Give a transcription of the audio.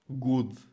good